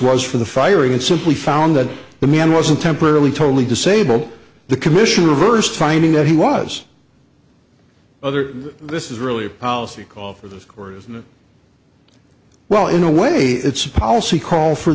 was for the firing and simply found that the man wasn't temporarily totally disabled the commissioner reversed finding that he was other this is really a policy call for this or that well in a way it's a policy call for